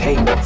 Hey